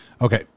Okay